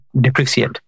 depreciate